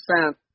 percent